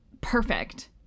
perfect